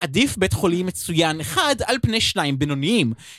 ‫עדיף בית חולים מצוין אחד ‫על פני שניים בינוניים.